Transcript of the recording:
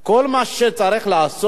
כל מה שצריך לעשות,